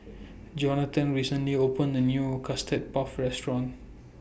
Jonathan recently opened A New Custard Puff Restaurant